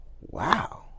wow